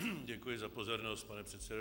Děkuji za pozornost, pane předsedo.